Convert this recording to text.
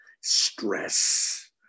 stress